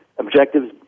Objectives